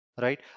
right